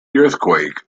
earthquake